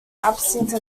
absence